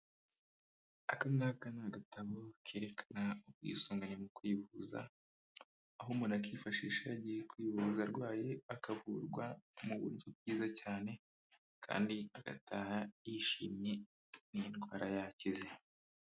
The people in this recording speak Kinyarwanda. Akangaka ni agatabo kerekana ubwisungane mu kwivuza aho umuntu akifashisha yagiye kwivuza arwaye akavurwa mu buryo bwiza cyane kandi agataha yishimye n'idwara yakize.